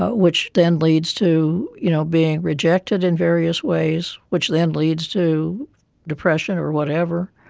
ah which then leads to you know being rejected in various ways, which then leads to depression or whatever,